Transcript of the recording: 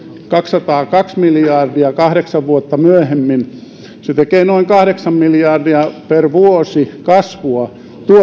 kaksisataakaksi miljardia kahdeksan vuotta myöhemmin se tekee noin kahdeksan miljardia per vuosi kasvua